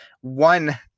one